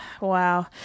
wow